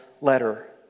letter